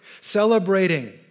celebrating